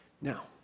Now